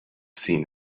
seen